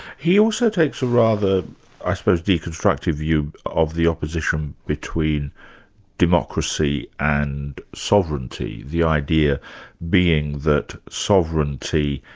he also takes a rather i suppose deconstructive view of the opposition between democracy and sovereignty the idea being that sovereignty